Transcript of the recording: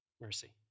mercy